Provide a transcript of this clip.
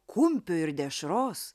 kumpio ir dešros